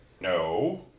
No